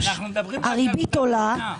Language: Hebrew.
הריבית עולה.